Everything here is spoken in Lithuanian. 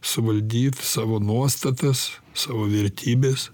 suvaldyt savo nuostatas savo vertybes